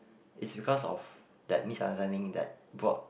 is because of that misunderstanding that brought